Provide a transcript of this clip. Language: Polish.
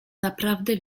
naprawdę